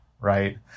right